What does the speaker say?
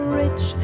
rich